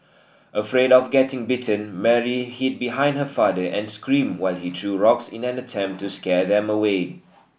afraid of getting bitten Mary hid behind her father and screamed while he threw rocks in an attempt to scare them away